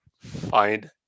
find